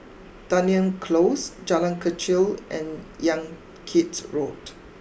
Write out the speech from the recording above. Dunearn close Jalan Kechil and Yan Kit Road